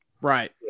right